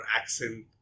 accent